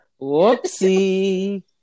Whoopsie